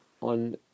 on